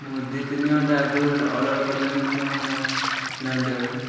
ମୁଁ ଦୁଇ ତିନି ଘଣ୍ଟା ଆଗରୁ ଅର୍ଡ଼ର୍ କଲିଣି କ'ଣ ହେଲା ଆସିନାହାନ୍ତି ଆହୁରି